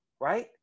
right